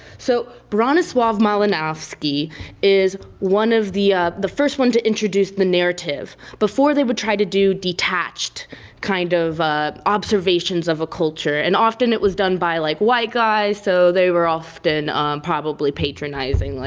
so, bronislaw malinowski is one of the the first one to introduce the narrative. before they would try to do detatched kind of observations of a culture, and often it was done by, like, white guys so they were often probably patronizing, like,